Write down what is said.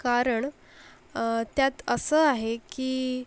कारण त्यात असं आहे की